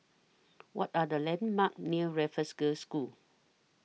What Are The landmarks near Raffles Girls' School